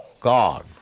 God